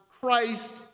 Christ